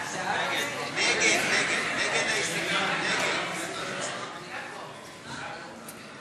סיעת הרשימה המשותפת לסעיף 2 לא נתקבלה.